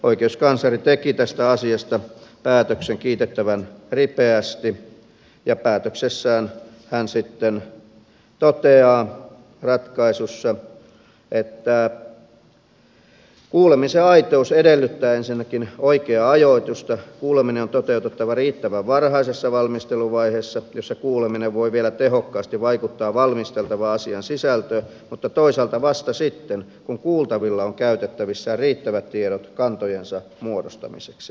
oikeuskansleri teki tästä asiasta päätöksen kiitettävän ripeästi ja päätöksessään hän sitten toteaa ratkaisussa että kuulemisen aitous edellyttää ensinnäkin oikeaa ajoitusta kuuleminen on toteutettava riittävän varhaisessa valmisteluvaiheessa jossa kuuleminen voi vielä tehokkaasti vaikuttaa valmisteltavan asian sisältöön mutta toisaalta vasta sitten kun kuultavilla on käytettävissään riittävät tiedot kantojensa muodostamiseksi